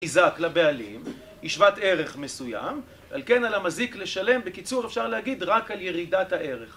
איזק לבעלים, ישבת ערך מסוים, על כן על המזיק לשלם, בקיצור אפשר להגיד רק על ירידת הערך